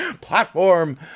platform